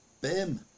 Bim